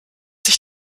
sich